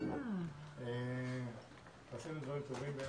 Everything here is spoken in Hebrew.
ביחד, עשינו דברים טובים ביחד.